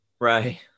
right